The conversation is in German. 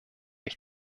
ich